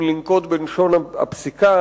אם לנקוט את לשון הפסיקה,